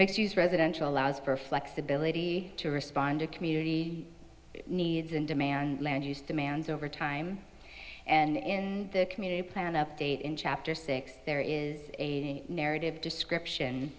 makes use residential allows for flexibility to respond to community needs and demand land use demands over time and in the community plan update in chapter six there is a narrative description